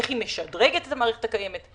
איך היא משדרגת את המערכת הקיימת,